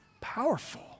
Powerful